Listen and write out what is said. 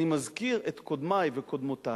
אני מזכיר את קודמי וקודמותי,